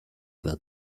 that